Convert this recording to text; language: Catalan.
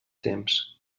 temps